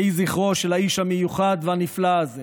יהי זכרו של האיש המיוחד והנפלא הזה